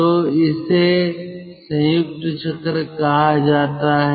तो इसे संयुक्त चक्र कहा जाता है